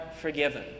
forgiven